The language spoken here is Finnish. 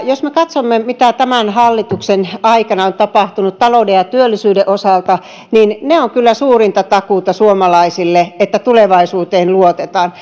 jos me katsomme mitä tämän hallituksen aikana on tapahtunut talouden ja työllisyyden osalta niin ne ovat kyllä suurinta takuuta suomalaisille että tulevaisuuteen luotetaan